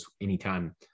anytime